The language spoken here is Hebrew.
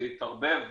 זה התערבב,